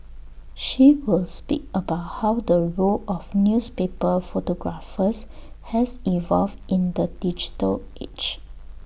she will speak about how the role of newspaper photographers has evolved in the digital age